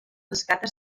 escates